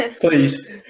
Please